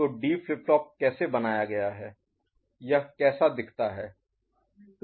तो D flip flop कैसे बनाया गया है यह कैसा दिखता है